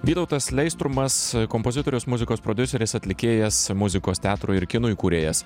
vytautas leistrumas kompozitorius muzikos prodiuseris atlikėjas muzikos teatro ir kino įkūrėjas